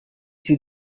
sie